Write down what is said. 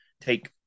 take